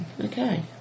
okay